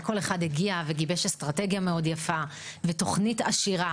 וכל אחד הגיע וגיבש אסטרטגיה מאוד יפה ותוכנית עשירה.